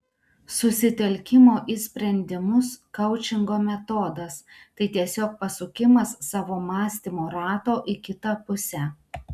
susitelkimo į sprendimus koučingo metodas tai tiesiog pasukimas savo mąstymo rato į kitą pusę